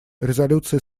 резолюции